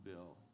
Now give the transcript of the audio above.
Bill